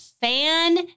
fan